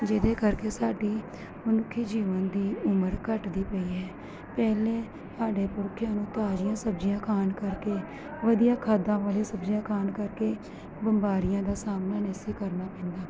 ਜਿਹਦੇ ਕਰਕੇ ਸਾਡੀ ਮਨੁੱਖੀ ਜੀਵਨ ਦੀ ਉਮਰ ਘੱਟਦੀ ਪਈ ਹੈ ਪਹਿਲੇ ਸਾਡੇ ਪੁਰਖਿਆਂ ਨੂੰ ਤਾਜੀਆਂ ਸਬਜੀਆਂ ਖਾਣ ਕਰਕੇ ਵਧੀਆ ਖਾਦਾਂ ਵਾਲੇ ਸਬਜੀਆਂ ਖਾਣ ਕਰਕੇ ਬਿਮਾਰੀਆਂ ਦਾ ਸਾਹਮਣਾ ਨਹੀ ਸੀ ਕਰਨਾ ਪੈਂਦਾ